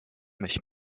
mich